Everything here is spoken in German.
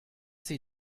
sie